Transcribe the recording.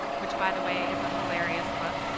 which, by the way, is a hilarious book.